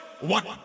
one